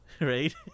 right